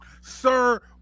Sir